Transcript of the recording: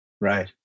Right